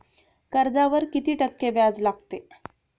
कर्जावर किती टक्के व्याज लागते?